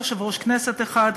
יושב-ראש כנסת אחד,